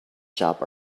shop